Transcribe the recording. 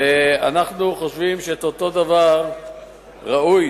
ואנחנו חושבים שאותו דבר ראוי